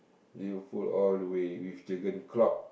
Liverpool all the way with Jurgen-Klopp